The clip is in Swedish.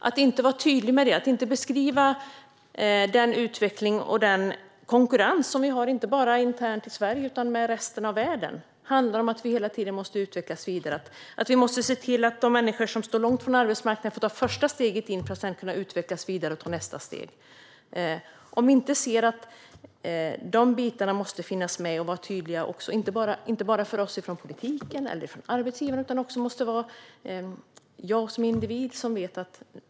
Vi måste vara tydliga med detta och beskriva den utveckling och konkurrens som finns inte bara i Sverige utan även i resten av världen. Det handlar om att vi hela tiden måste utvecklas vidare. De människor som står långt ifrån arbetsmarknaden måste få ta ett första steg in för att sedan utvecklas vidare och kunna ta nästa steg. Om vi inte ser att dessa bitar måste finnas med och vara tydliga ger vi inte rätt signaler till de människor som är på väg ut på arbetsmarknaden eller som befinner sig där i dag.